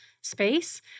space